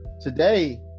Today